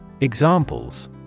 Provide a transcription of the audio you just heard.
Examples